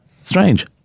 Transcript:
Strange